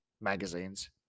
magazines